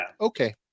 Okay